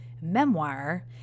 memoir